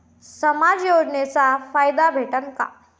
समाज योजनेचा फायदा भेटन का?